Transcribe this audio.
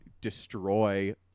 destroy